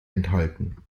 enthalten